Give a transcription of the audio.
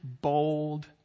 bold